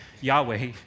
Yahweh